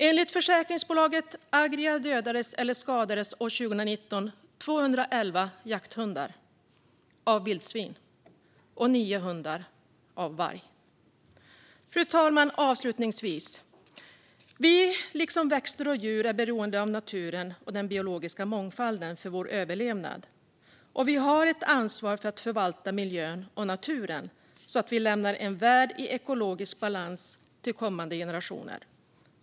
Enligt försäkringsbolaget Agria dödades eller skadades 211 jakthundar av vildsvin och 9 hundar av varg år 2019. Avslutningsvis, fru talman: Vi, liksom växter och djur, är beroende av naturen och den biologiska mångfalden för vår överlevnad. Vi har också ett ansvar för att förvalta miljön och naturen så att vi lämnar en värld i ekologisk balans till kommande generationer.